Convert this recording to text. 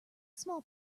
small